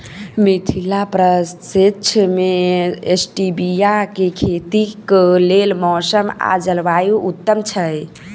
मिथिला प्रक्षेत्र मे स्टीबिया केँ खेतीक लेल मौसम आ जलवायु उत्तम छै?